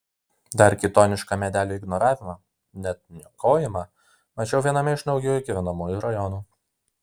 dar kitonišką medelių ignoravimą net niokojimą mačiau viename iš naujųjų gyvenamųjų rajonų